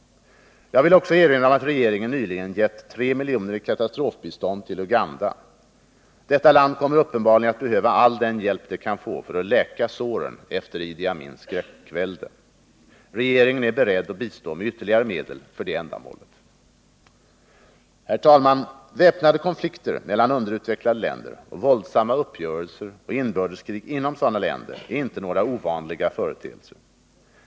Jag vill också erinra om att regeringen nyligen givit 3 miljoner i katastrofbistånd till Uganda. Detta land kommer uppenbarligen att behöva all den hjälp det kan få för att läka såren efter Idi Amins skräckvälde. Regeringen är beredd att bistå med ytterligare medel för detta ändamål. Herr talman! Väpnade konflikter mellan underutvecklade länder och våldsamma uppgörelser eller inbördeskrig inom sådana länder är inte några ovanliga företeelser.